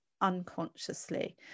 unconsciously